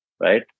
right